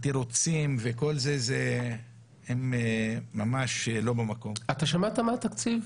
התירוצים הם ממש לא במקום -- אתה שמעת מה התקציב,